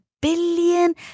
billion